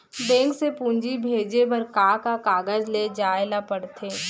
Bank से पूंजी भेजे बर का का कागज ले जाये ल पड़थे?